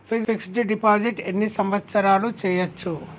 Fix డ్ deposit ఎన్ని సంవత్సరాలు చేయచ్చు?